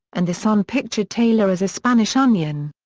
and the sun pictured taylor as a spanish onion.